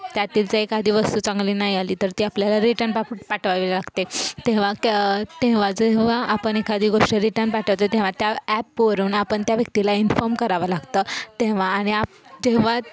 त्यातील जर एखादी वस्तू चांगली नाही आली तर ती आपल्याला रिटर्न पा पाठवावी लागते तेव्हा क तेव्हा जेव्हा आपण एखादी गोष्ट रिटर्न पाठवतो तेव्हा त्या ॲपवरून आपण त्या व्यक्तीला इन्फॉर्म करावं लागतं तेव्हा आणि आप जेव्हा